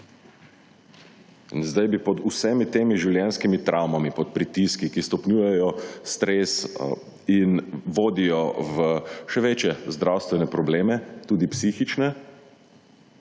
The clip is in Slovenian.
In zdaj bi pod vsemi temi življenjskimi travmami, pod pritiski, ki stopnjujejo stres in vodijo v še večje zdravstvene probleme, tudi psihične,